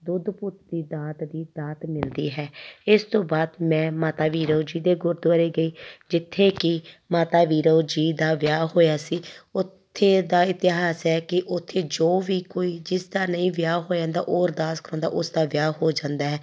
ਦੁੱਧ ਪੁੱਤ ਦੀ ਦਾਤ ਦੀ ਦਾਤ ਮਿਲਦੀ ਹੈ ਇਸ ਤੋਂ ਬਾਅਦ ਮੈਂ ਮਾਤਾ ਵੀਰੋ ਜੀ ਦੇ ਗੁਰਦੁਆਰੇ ਗਈ ਜਿੱਥੇ ਕਿ ਮਾਤਾ ਵੀਰੋ ਜੀ ਦਾ ਵਿਆਹ ਹੋਇਆ ਸੀ ਉੱਥੇ ਦਾ ਇਤਿਹਾਸ ਹੈ ਕਿ ਉੱਥੇ ਜੋ ਵੀ ਕੋਈ ਜਿਸਦਾ ਨਹੀਂ ਵਿਆਹ ਹੋ ਜਾਂਦਾ ਉਹ ਅਰਦਾਸ ਕਰਾਉਂਦਾ ਉਸ ਦਾ ਵਿਆਹ ਹੋ ਜਾਂਦਾ ਹੈ